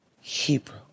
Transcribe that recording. Hebrew